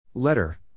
Letter